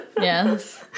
yes